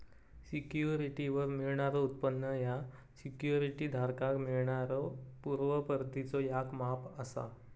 सिक्युरिटीवर मिळणारो उत्पन्न ह्या सिक्युरिटी धारकाक मिळणाऱ्यो पूर्व परतीचो याक माप असा